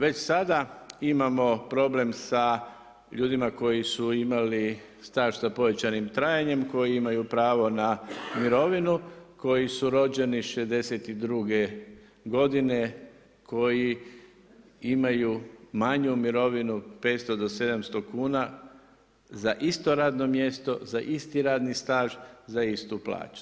Već sada imamo problem sa ljudima koji su imali staž sa povećanim trajanjem koji imaju pravo na mirovinu, koji su rođeni '62. godine, koji imaju manju mirovinu 500 do 700 kuna za isto radno mjesto, za isti radni staž, za istu plaću.